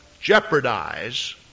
jeopardize